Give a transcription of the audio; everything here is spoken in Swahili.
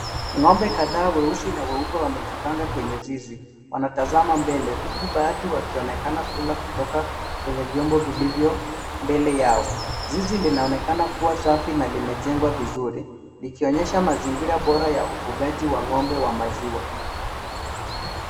Ng'ombe kadhaa weusi na weupe wamejipanga katika kwenye zizi. Wanatazama mbele, huku baadhi wakionekana kula kutoka kwenye vyombo viliyo mbele yao. Zizi linaonekana kua safi na limejengwa vizuri, likionyesha mazingira bora ya ufugaji wa ng'ombe wa maziwa.